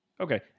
Okay